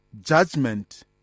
judgment